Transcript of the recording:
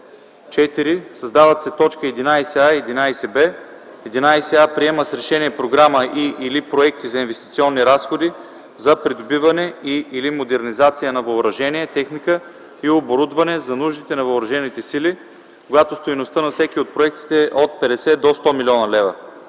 4. Създават се т. 11а и 11б: „11а. приема с решение програма и/или проекти за инвестиционни разходи за придобиване и/или модернизация на въоръжение, техника и оборудване за нуждите на въоръжените сили, когато стойността на всеки от проектите е от 50 до 100 млн. лв.;